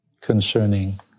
concerning